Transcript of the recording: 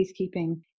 peacekeeping